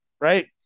right